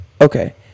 Okay